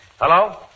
Hello